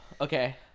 Okay